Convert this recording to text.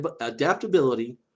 adaptability